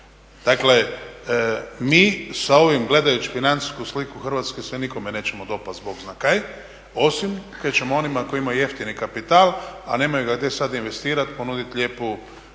Dakle, mi sa ovim gledajući financijsku sliku Hrvatske se nikome nećemo dopasti bog zna kaj, osim kaj ćemo onima koji imaju jeftini kapital, a nemaju ga gdje sad investirati ponuditi lijepu